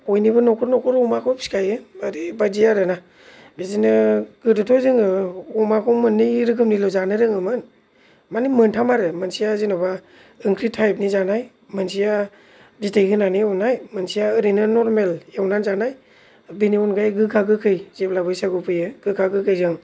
बयनिबो नखर नखर अमाखौ फिखायो ओरैबादि आरोना बिदिनो गोदोथ' जोङो अमाखौ मोननै रोखोमनिल' जानो रोङोमोन मानि मोनथाम आरो मोनसेया जेनोबा ओंख्रि थायेबनि जानाय मोनसेया बिथै होननानै एउनाय मोनसेया ओरैनो नर्मेल एउनानै जानाय बिनि अनगायै गोखा गोखै जेब्ला बैसागु फैयो गोखा गोखैजों